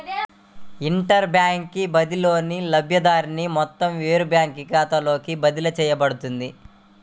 inter bank బదిలీలో, లబ్ధిదారుని మొత్తం వేరే బ్యాంకు ఖాతాలోకి బదిలీ చేయబడుతుంది